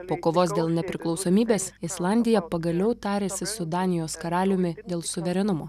po kovos dėl nepriklausomybės islandija pagaliau tarėsi su danijos karaliumi dėl suverenumo